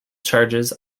charges